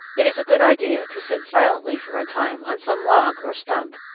it is a good idea to sit silently for a time on some log or stump,